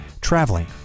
traveling